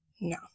No